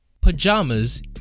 pajamas